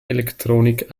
electronic